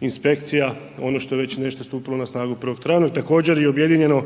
inspekcija, ono što je već nešto stupilo na snagu 1. travnja, također je i objedinjeno